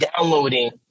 downloading